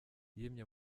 yimye